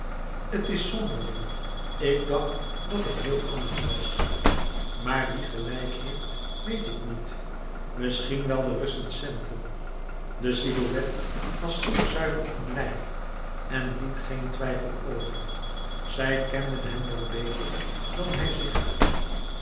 het is zonderling ik dacht dat ik heel anders was maar wie gelijk heeft weet ik niet misschien wel de recensenten de silhouet was zeer zuiver omlijnd en liet geen twijfel over zij kenden hem wel beter dan hij zich